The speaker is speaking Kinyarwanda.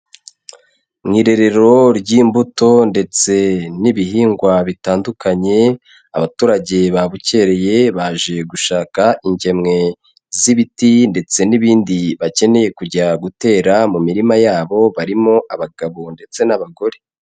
Mu irerero ry'imbuto ndetse n'ibihingwa bitandukanye, abaturage babukereye baje gushaka ingemwe z'ibiti ndetse n'ibindi bakeneye kujya gutera mu mirima yabo; barimo abagabo ndetse n'abagore.